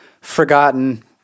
forgotten